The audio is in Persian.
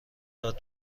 داد